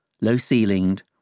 Low-ceilinged